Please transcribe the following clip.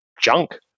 junk